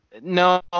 No